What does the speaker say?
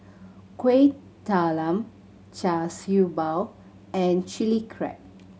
Kuih Talam Char Siew Bao and Chilli Crab